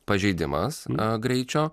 pažeidimas na greičio